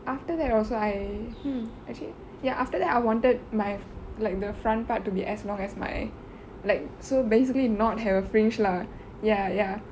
after that also I hmm actually ya after that I wanted my like the front part to be as long as my like so basically not have a fringe lah ya ya